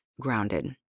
grounded